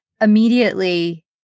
immediately